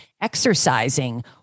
exercising